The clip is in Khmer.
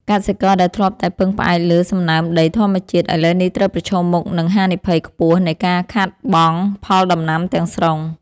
កសិករដែលធ្លាប់តែពឹងផ្អែកលើសំណើមដីធម្មជាតិ ឥឡូវនេះត្រូវប្រឈមមុខនឹងហានិភ័យខ្ពស់នៃការខាតបង់ផលដំណាំទាំងស្រុង។